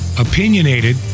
opinionated